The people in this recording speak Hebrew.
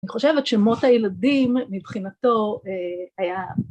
אני חושבת שמות הילדים, מבחינתו, היה